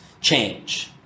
Change